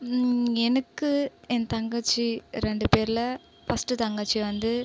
எனக்கு என் தங்கச்சி ரெண்டு பேரில் ஃபஸ்ட்டு தங்கச்சி வந்து